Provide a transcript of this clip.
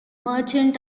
merchant